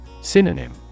Synonym